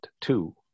two